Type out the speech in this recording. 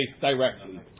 directly